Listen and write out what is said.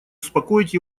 успокоить